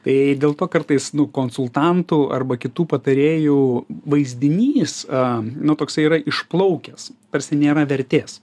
tai dėl to kartais nu konsultantų arba kitų patarėjų vaizdinys a nu toksai yra išplaukęs tarsi nėra vertės